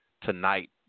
tonight